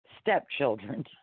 stepchildren